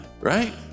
right